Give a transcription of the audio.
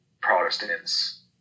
Protestants